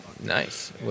nice